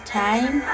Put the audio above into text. time